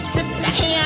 Today